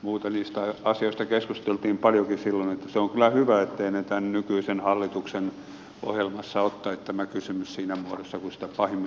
niistä asioista keskusteltiin paljonkin silloin ja se on kyllä hyvä ettei tämän nykyisen hallituksen ohjelmassa ole tämä kysymys siinä muodossa kuin sitä pahimmillaan joskus ajettiin